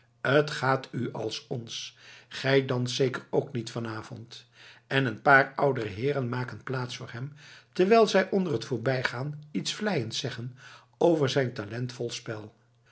t gaat u als ons gij danst zeker ook niet van avond en een paar oudere heeren maken plaats voor hem terwijl zij onder t voorbijgaan iets vleiends zeggen over zijn talentvol spel